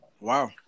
Wow